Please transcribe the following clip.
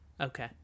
Okay